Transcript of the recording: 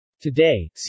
Today